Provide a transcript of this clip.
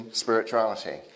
spirituality